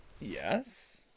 yes